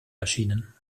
erschienen